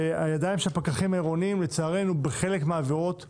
והידיים של הפקחים העירוניים לצערנו בחלק מהעבירות כבולות.